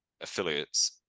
affiliates